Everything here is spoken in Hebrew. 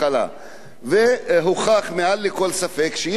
והוכח מעל לכל ספק שיש בדיקת MRI